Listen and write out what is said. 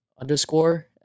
underscore